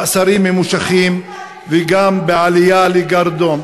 מאסרים ממושכים וגם בעלייה לגרדום".